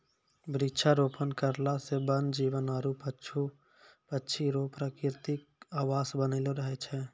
वृक्षारोपण करला से वन जीब आरु पशु पक्षी रो प्रकृतिक आवास बनलो रहै छै